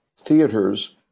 theaters